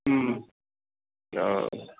हुँ ओ